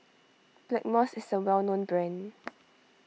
Blackmores is a well known brand